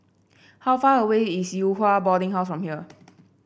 how far away is Yew Hua Boarding House from here